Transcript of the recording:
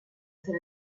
ser